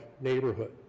neighborhood